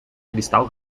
cristal